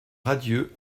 radieux